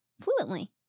fluently